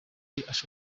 ashoboye